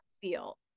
feel